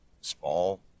small